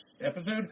episode